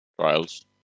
Trials